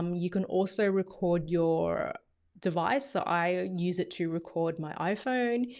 um you can also record your device. so i use it to record my iphone.